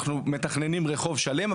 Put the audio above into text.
אנחנו מתכננים רחוב שללם,